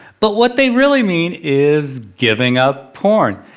but what they really mean is giving up porn.